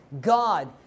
God